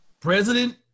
President